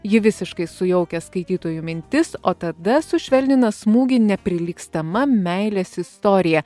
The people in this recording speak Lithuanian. ji visiškai sujaukia skaitytojų mintis o tada sušvelnina smūgį neprilygstama meilės istorija